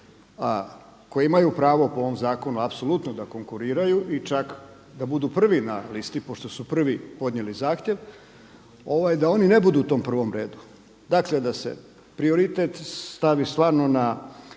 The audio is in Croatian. koji imaju pravo po ovom zakonu apsolutno da konkuriraju i čak da budu prvi na listi pošto su prvi podnijeli zahtjev da oni ne budu u tom prvom redu. Dakle da se prioritet stavi stvarno na